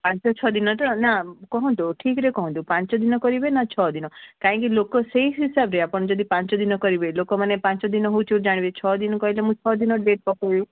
ପାଞ୍ଚ ଛଅ ଦିନତ ନା କୁହନ୍ତୁ ଠିକରେ କହନ୍ତୁ ପାଞ୍ଚ ଦିନ କରିବେ ନା ଛଅ ଦିନ କାହିଁକି ଲୋକ ସେଇ ହିସାବରେ ଆପଣ ଯଦି ପାଞ୍ଚ ଦିନ କରିବେ ଲୋକମାନେ ପାଞ୍ଚ ଦିନ ହଉଛୁ ଜାଣିବେ ଛଅ ଦିନ କହିଲେ ମୁଁ ଛଅ ଦିନ ଡେଟ୍ ପକାଇବୁ